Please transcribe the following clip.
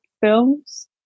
films